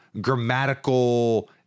grammatical